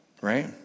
right